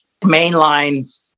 mainline